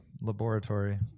Laboratory